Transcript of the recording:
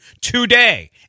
today